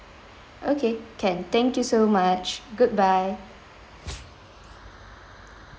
okay can thank you so much goodbye